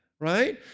right